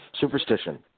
Superstition